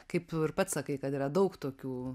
kaip pats sakai kad yra daug tokių